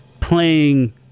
playing